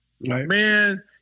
Man